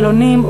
חילונים,